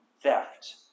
theft